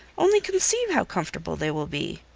only conceive how comfortable they will be!